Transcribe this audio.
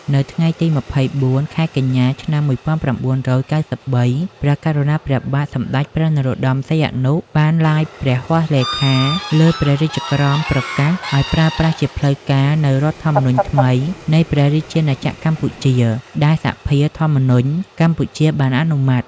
នៅថ្ងៃទី២៤ ខែកញ្ញា ឆ្នាំ១៩៩៣ ព្រះករុណាព្រះបាទសម្តេចព្រះនរោត្តម សីហនុ បាន ឡាយព្រះហស្ថលេខាលើព្រះរាជក្រមប្រកាសឱ្យប្រើប្រាស់ជាផ្លូវការ នូវរដ្ឋធម្មនុញ្ញថ្មី នៃព្រះ រាជាណាក្រកម្ពុជា ដែលសភាធម្មនុញ្ញកម្ពុជាបានអនុម័ត។